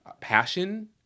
passion